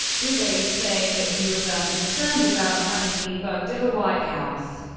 with aides saying that he was unconcerned about having been bugged at the white house.